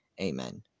Amen